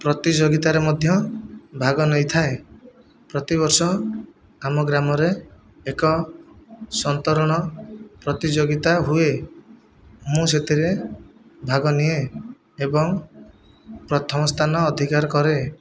ପ୍ରତିଯୋଗିତାରେ ମଧ୍ୟ ଭାଗ ନେଇଥାଏ ପ୍ରତି ବର୍ଷ ଆମ ଗ୍ରାମରେ ଏକ ସନ୍ତରଣ ପ୍ରତିଯୋଗିତା ହୁଏ ମୁଁ ସେଥିରେ ଭାଗ ନିଏ ଏବଂ ପ୍ରଥମ ସ୍ଥାନ ଅଧିକାର କରେ